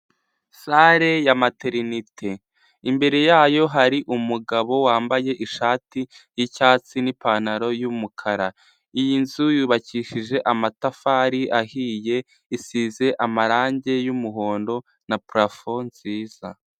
Sare ya materinite imbere yayo hari umugabo wambaye ishati y'icyatsi n'ipantaro y'umukara, iyi nzu yubakishije amatafari ahiye, isize amarange y'umuhondo na purafo nziza.